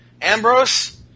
Ambrose